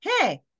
hey